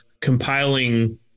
compiling